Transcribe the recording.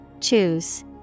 Choose